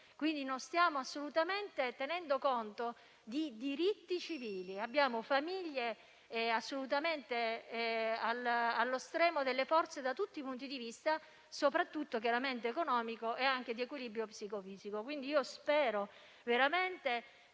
quindi, non stiamo assolutamente tenendo conto di diritti civili. Abbiamo famiglie assolutamente allo stremo delle forze da tutti i punti di vista, soprattutto da quello economico ma anche da quello dell'equilibrio psicofisico.